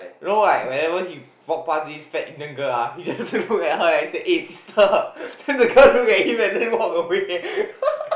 know like whenever he walk past this fat Indian girl ah he just look at her and say eh sister then the girl look at him and then walk away